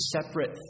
separate